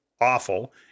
awful